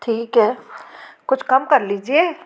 ठीक है कुछ कम कर लीजिए